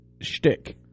shtick